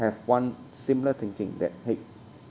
have one similar thinking that !hey!